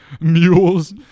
mules